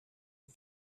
you